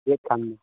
ᱜᱮᱫ ᱠᱷᱟᱱᱤᱧ